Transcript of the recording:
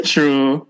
True